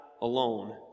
alone